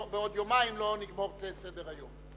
בעוד יומיים, לא נגמור את סדר-היום.